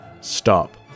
Stop